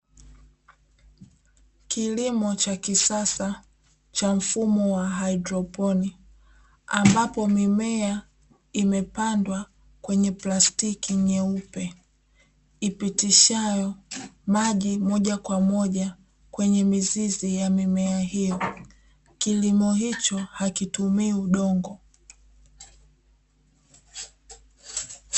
Kilimo cha kisasa cha mfumo wa haidroponi ambapo mimea imepandwa kwenye plastiki nyeupe, ipitishayo maji moja kwa moja kwenye mizizi ya mimea hiyo; kilimo hicho hakitumii udongo.